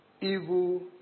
Evil